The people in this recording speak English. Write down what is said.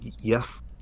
Yes